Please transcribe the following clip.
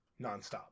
nonstop